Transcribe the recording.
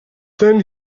then